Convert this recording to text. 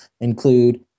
include